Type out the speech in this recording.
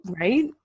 right